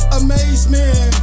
amazement